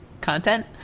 content